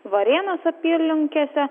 varėnos apylinkėse